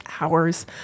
hours